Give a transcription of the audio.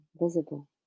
visible